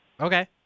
Okay